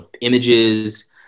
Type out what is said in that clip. images